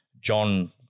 John